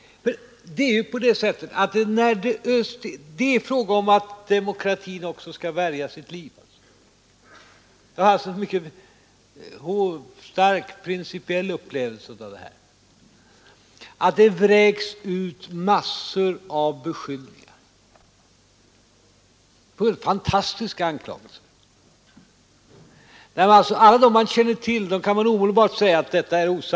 Här är det även fråga om att demokratin skall värja sitt liv. Jag har haft en mycket stark principiell upplevelse av det, när det nu vräks ut massor av beskyllningar och fantastiska anklagelser. I alla de fall som man känner till kan man omedelbart säga att det och det är osanning.